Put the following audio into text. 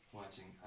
watching